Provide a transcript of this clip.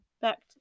back